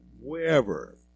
wherever